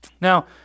Now